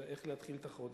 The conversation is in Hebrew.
אלא איך להתחיל את החודש.